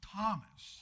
Thomas